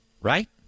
Right